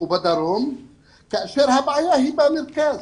ובדרום כאשר הבעיה היא במרכז.